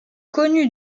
connu